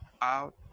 out